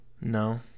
No